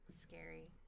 scary